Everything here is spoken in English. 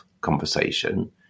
conversation